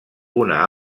una